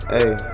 Hey